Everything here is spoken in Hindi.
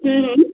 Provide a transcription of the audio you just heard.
हम्म